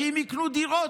כי אם יקנו דירות,